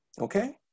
okay